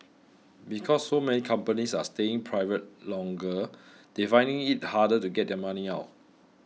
because so many companies are staying private longer they're finding it harder to get their money out